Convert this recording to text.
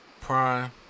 Prime